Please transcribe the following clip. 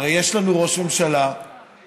הרי יש לנו ראש ממשלה שאומר: